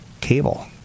cable